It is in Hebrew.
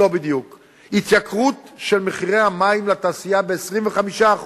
לא בדיוק, התייקרות של מחירי המים לתעשייה ב-25%,